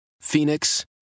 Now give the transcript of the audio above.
Phoenix